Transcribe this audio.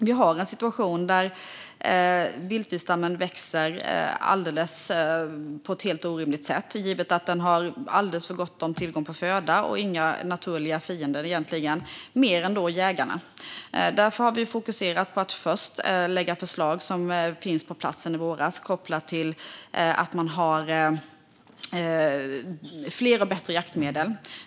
Vi har en situation där vildsvinsstammen växer på ett helt orimligt sätt, givet att den har alldeles för god tillgång på föda och egentligen inga naturliga fiender mer än jägarna. Därför har vi fokuserat på att först lägga fram de förslag som finns på plats sedan i våras, kopplat till fler och bättre jaktmedel.